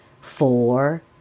four